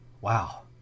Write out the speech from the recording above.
Wow